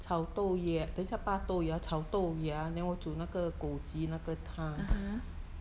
mmhmm